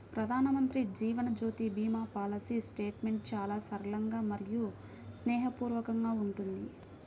ప్రధానమంత్రి Jeevan Jyoti Bima policy settlement చాలా సరళంగా మరియు స్నేహపూర్వకంగా ఉంటుంది